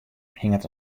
hinget